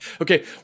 Okay